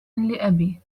لأبي